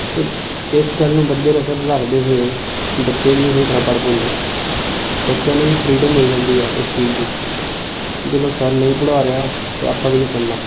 ਅਤੇ ਇਸ ਗੱਲ ਨੂੰ ਮੱਦੇਨਜ਼ਰ ਰੱਖਦੇ ਹੋਏ ਬੱਚੇ ਵੀ ਨਹੀਂ ਸਹੀ ਤਰ੍ਹਾਂ ਪੜ੍ਹ ਪਾਉਂਦੇ ਬੱਚਿਆਂ ਨੂੰ ਫਰੀਡਮ ਮਿਲ ਜਾਂਦੀ ਆ ਇਸ ਚੀਜ਼ ਦੀ ਕਿ ਚਲੋ ਸਰ ਨਹੀਂ ਪੜ੍ਹਾ ਰਿਹਾ ਤਾਂ ਆਪਾਂ ਵੀ ਨਹੀਂ ਪੜ੍ਹਨਾ